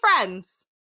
friends